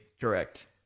Correct